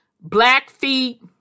Blackfeet